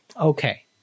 okay